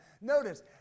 Notice